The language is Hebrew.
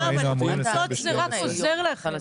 "ניצוץ" זה רק עוזר לכם.